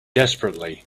desperately